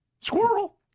Squirrel